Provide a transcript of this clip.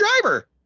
driver